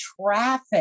traffic